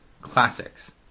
classics